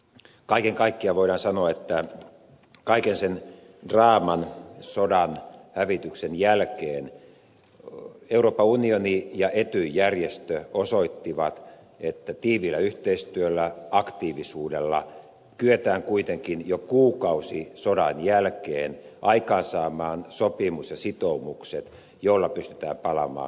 kaiken kaikkiaan voidaan sanoa että kaiken sen draaman sodan hävityksen jälkeen euroopan unioni ja ety järjestö osoittivat että tiiviillä yhteistyöllä aktiivisuudella kyetään kuitenkin jo kuukausi sodan jälkeen aikaansaamaan sopimus ja sitoumukset joilla pystytään palaamaan konf liktia edeltävään aikaan